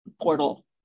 portal